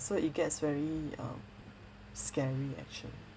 so it gets very um scary actually